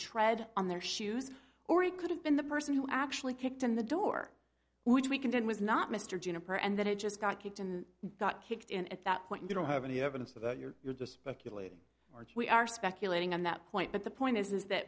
tread on their shoes or it could have been the person who actually kicked in the door which we can did was not mr juniper and then it just got kicked in got kicked in at that point don't have any evidence of that you're just speculating or we are speculating on that point but the point is that